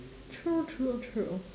true true true